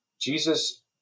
Jesus